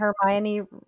Hermione